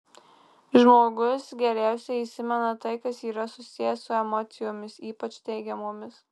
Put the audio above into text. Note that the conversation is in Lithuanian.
žmogus geriausiai įsimena tai kas yra susiję su emocijomis ypač teigiamomis